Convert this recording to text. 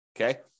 okay